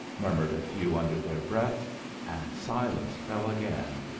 murmured a few under their breath and silence fell again,